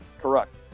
Correct